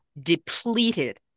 depleted